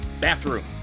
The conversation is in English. bathroom